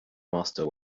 master